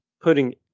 putting